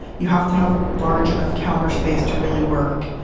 you have to have large enough counter space to really work.